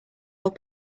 all